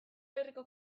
herriko